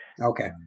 Okay